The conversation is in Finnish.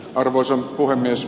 arvoisa puhemies